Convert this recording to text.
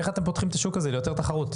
איך אתם פותחים את השוק הזה ליותר תחרות?